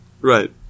Right